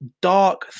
dark